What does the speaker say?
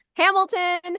Hamilton